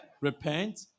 repent